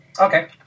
Okay